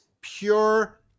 pure